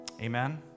Amen